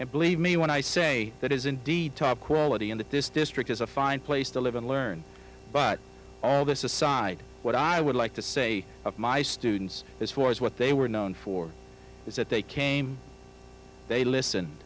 and believe me when i say that is indeed top quality and that this district is a fine place to live and learn but all this aside what i would like to say of my students as far as what they were known for is that they came they listen